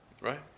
right